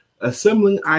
Assembling